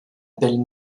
belle